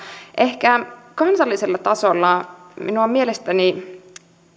ehkä kansallisella tasolla minun mielestäni